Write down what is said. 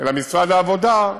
אלא משרד העבודה,